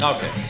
Okay